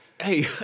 Hey